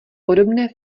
podobné